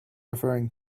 referring